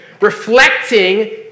reflecting